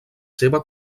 seva